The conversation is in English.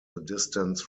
distance